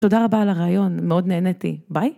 תודה רבה על הרעיון מאוד נהנתי ביי